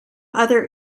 other